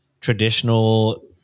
traditional